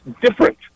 different